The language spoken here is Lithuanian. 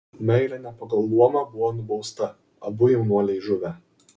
meilė ne pagal luomą buvo nubausta abu jaunuoliai žuvę